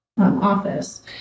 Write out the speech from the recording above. office